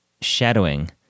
shadowing